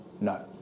No